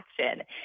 action